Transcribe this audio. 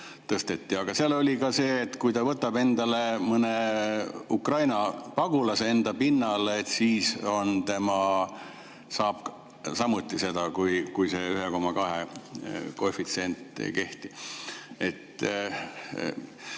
tõsteti. Aga seal oli ka see, et kui ta võtab mõne Ukraina pagulase enda pinnale, siis tema saab samuti seda, et see 1,2 koefitsient ei kehti.